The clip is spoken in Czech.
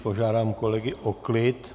Požádám kolegy o klid.